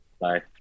Bye